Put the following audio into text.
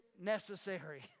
necessary